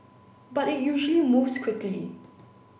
but it usually moves quickly